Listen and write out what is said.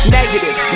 Negative